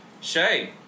Shay